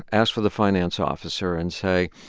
ask for the finance officer and say,